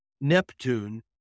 Neptune